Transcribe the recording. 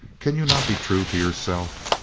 can you not be true to yourself?